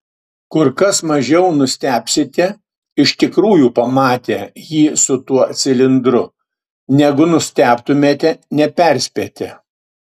kur kas mažiau nustebsite iš tikrųjų pamatę jį su tuo cilindru negu nustebtumėte neperspėti